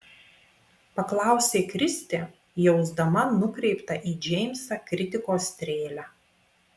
paklausė kristė jausdama nukreiptą į džeimsą kritikos strėlę